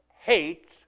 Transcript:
hates